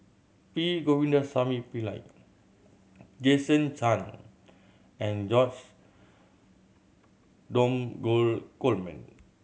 P Govindasamy Pillai Jason Chan and George Dromgold Coleman